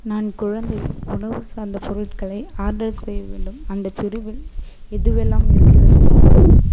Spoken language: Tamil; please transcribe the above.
நான் குழந்தை உணவு சார்ந்த பொருட்களை ஆர்டர் செய்ய வேண்டும் அந்தப் பிரிவில் எதுவெல்லாம் இருக்கிறது